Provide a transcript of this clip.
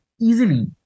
easily